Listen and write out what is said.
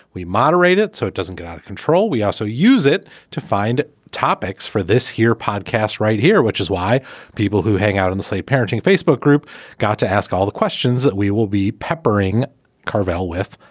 we moderate it so it doesn't get out of control. we also use it to find topics for this here podcast right here, which is why people who hang out in the, say, parenting facebook group got to ask all the questions that we will be peppering carvel with.